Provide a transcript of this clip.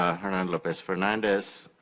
hernan lopez-fernandez,